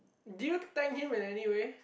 did you thank him in any way